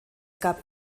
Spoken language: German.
gab